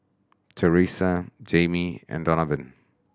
Teressa Jaimee and Donavan